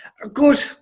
Good